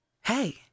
Hey